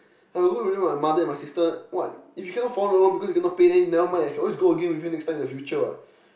I will go Europe with my mother and my sister what if you cannot follow because you cannot pay then never mind I can always go again with you next time in the future what